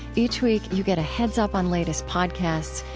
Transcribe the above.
each week, you get a heads-up on latest podcasts,